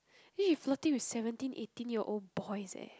then you flirting with seventeen eighteen year old boys eh